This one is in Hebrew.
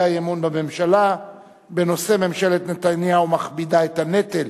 אי-אמון בממשלה בנושא: ממשלת נתניהו מכבידה את הנטל